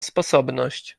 sposobność